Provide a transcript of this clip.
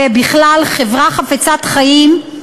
ובכלל של חברה חפצת חיים,